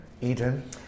Eden